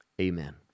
Amen